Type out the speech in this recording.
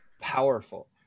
powerful